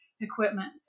equipment